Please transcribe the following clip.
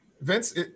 Vince